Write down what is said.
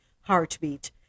Heartbeat